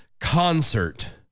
concert